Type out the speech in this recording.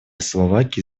словакии